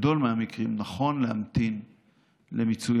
גדול מהמקרים נכון להמתין למיצוי